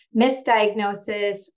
misdiagnosis